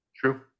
True